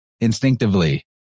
instinctively